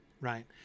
right